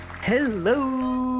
Hello